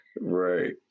Right